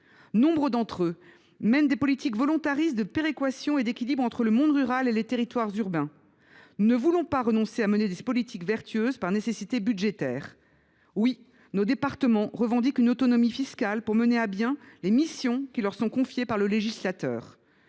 mènent en effet des politiques volontaristes de péréquation et d’équilibre entre le monde rural et les territoires urbains. Nous ne voulons pas renoncer à ces politiques vertueuses par nécessité budgétaire. Oui, nos départements revendiquent une autonomie fiscale pour mener à bien les missions qui leur sont confiées par le législateur.